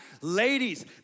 ladies